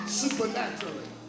supernaturally